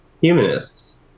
humanists